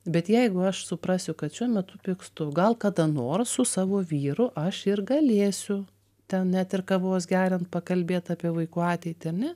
bet jeigu aš suprasiu kad šiuo metu pykstu gal kada nors su savo vyru aš ir galėsiu ten net ir kavos geriant pakalbėt apie vaikų ateitį ar ne